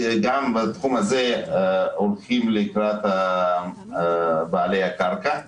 גם בתחום הזה הולכים לקראת בעלי הקרקע.